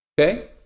Okay